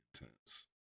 intense